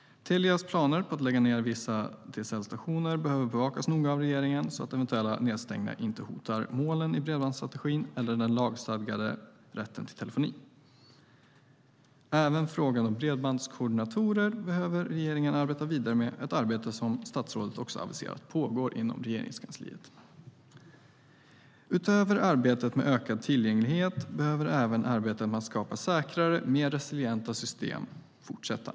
Telias planer på att lägga ned vissa ADSL-stationer behöver bevakas noga av regeringen så att eventuella nedstängningar inte hotar målen i bredbandsstrategin eller den lagstadgade rätten till telefoni. Även frågan om bredbandskoordinatorer behöver regeringen arbeta vidare med. Det är ett arbete statsrådet också aviserat pågår inom Regeringskansliet. Utöver arbetet med ökad tillgänglighet behöver även arbetet med att skapa säkrare och mer resilienta system fortsätta.